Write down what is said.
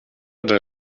der